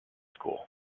school